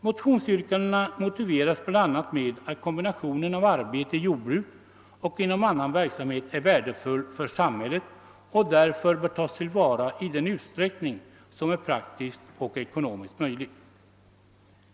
Motionsyrkandena motiveras bl.a. med att kombinationen av arbete i jordbruk och inom annan verksamhet är värdefull för samhället och därför bör tas till vara i den utsträckning det är praktiskt och ekonomiskt möjligt.